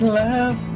laugh